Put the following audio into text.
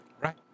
Right